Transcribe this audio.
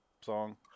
song